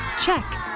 check